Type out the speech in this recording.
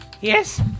Yes